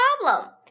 problem